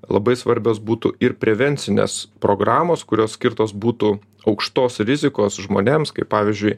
labai svarbios būtų ir prevencinės programos kurios skirtos būtų aukštos rizikos žmonėms kaip pavyzdžiui